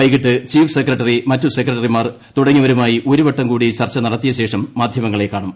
വൈകിട്ട് chief secretary മറ്റ് സെക്രട്ടറിമാർ തുടങ്ങിയവരുമായി ഒരുവട്ടംകൂടി ചർച്ച നടത്തിയശേഷം മാധ്യമങ്ങളെ കാണും